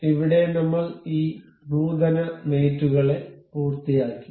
ഇവിടെ നമ്മൾ ഈ നൂതന മേറ്റ് കളെ പൂർത്തിയാക്കി